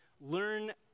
learn